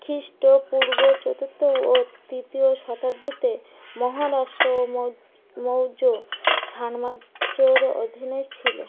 খ্রিস্টপূর্ব চতুর্থ ও তৃতীয় শতাব্দীতে মহারাষ্ট্র মৌ মৌর্য সাম্রাজ্যর অধীনে ছিলো